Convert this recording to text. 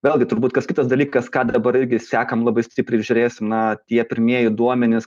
vėlgi turbūt kas kitas dalykas ką dabar irgi sekam labai stipriai ir žiūrėsim na tie pirmieji duomenys